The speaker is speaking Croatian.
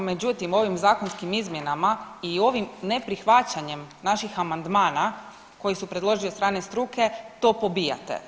Međutim, ovim zakonskim izmjenama i ovim neprihvaćanjem naših amandmana koji su predloženi od strane struke to pobijate.